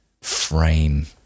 frame